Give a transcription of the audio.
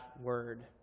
word